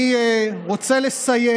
אני רוצה לסיים,